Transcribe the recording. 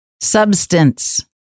Substance